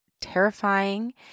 terrifying